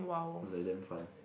was like damn fun